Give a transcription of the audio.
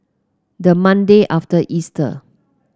the Monday after Easter